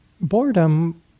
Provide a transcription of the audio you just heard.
boredom